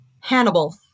Hannibal